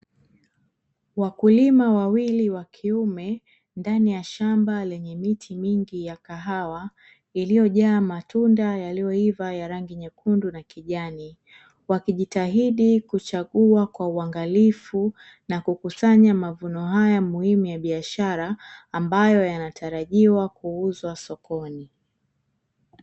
Wakulima wawili wa kiume ndani ya shamba lenye miti mingi ya kahawa iliyojaa matunda yaliyoiva ya rangi nyekundu na kijani, wakijitahidi kuchagua kwa uangalifu na kukusanya mavuno haya muhimu ya biashara ambayo yanatarajiwa kuuzwa sokoni.